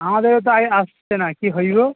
আমাদেরও তাই আসছে না কী হইলো